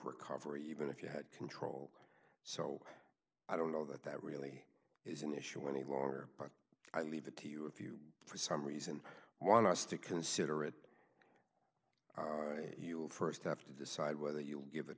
recovery even if you had control so i don't know that that really is an issue any longer but i leave it to you if you for some reason want us to consider it you'll st have to decide whether you'll give